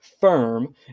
firm